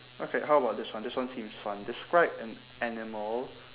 okay how about this one this one seems fun describe an animal